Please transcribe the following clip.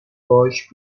باش